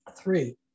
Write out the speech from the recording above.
Three